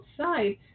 outside